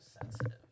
sensitive